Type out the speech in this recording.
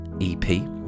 EP